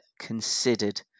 considered